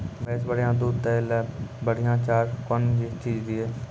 भैंस बढ़िया दूध दऽ ले ली बढ़िया चार कौन चीज दिए?